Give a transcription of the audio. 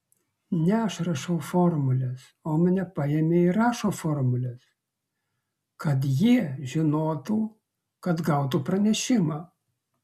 ne aš rašau formules o mane paėmė ir rašo formules kad jie žinotų kad gautų pranešimą